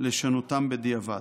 לשנותם בדיעבד".